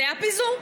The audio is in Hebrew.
זה הפיזור.